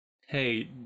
Hey